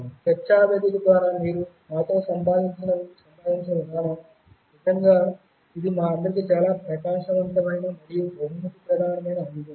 చర్చా వేదిక ద్వారా మీరు మాతో సంభాషించిన విధానం నిజంగా ఇది మా అందరికీ చాలా ప్రకాశవంతమైన మరియు బహుమతి ప్రధానమైన అనుభవం